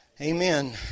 Amen